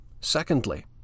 Secondly